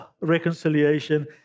reconciliation